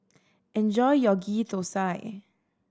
enjoy your Ghee Thosai